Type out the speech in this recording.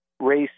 race